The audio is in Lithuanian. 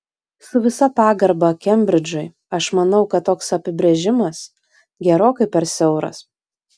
su visa pagarba kembridžui aš manau kad toks apibrėžimas gerokai per siauras